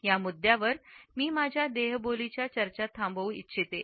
या मुद्द्यावर मी माझ्या देहबोली च्या चर्चा थांबू इच्छितो